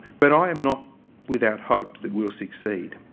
but, i am not without hope that we'll succeed.